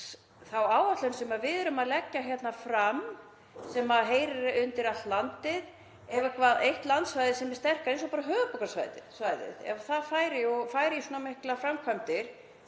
þá áætlun sem við erum að leggja hérna fram sem heyrir undir allt landið ef eitthvert eitt landsvæði sem er sterkara, eins og bara höfuðborgarsvæðið, ef það færi í svona miklar framkvæmd,